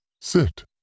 Sit